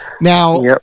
Now